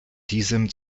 diesem